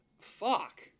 Fuck